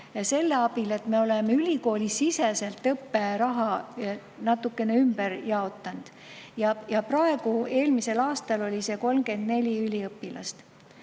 selle abil, et me oleme ülikoolisiseselt õpperaha natukene ümber jaotanud. Eelmisel aastal oli 34 üliõpilast.